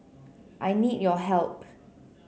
I need your help